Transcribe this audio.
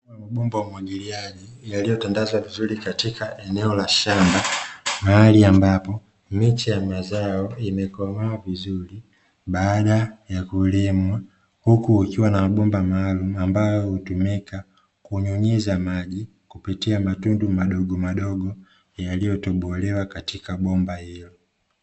Mabomba ya umwagiliaji yaliyotandazwa vizuri katika eneo la shamba mahali ambapo miche ya mazao imekomaa vizuri baada ya kulima huku ikiwa na mabomba maalumu ambayo hutumika kunyunyiza maji kupitia matundu madogo madogo yaliyo tobolewa katika bomba hilo.